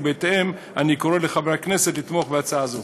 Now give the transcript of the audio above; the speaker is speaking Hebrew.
ובהתאם אני קורא לחברי הכנסת לתמוך בהצעה זו.